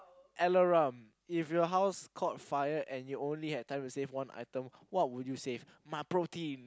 alarum if your house caught fire and you only had time to save one item what would you save my pro team